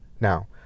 Now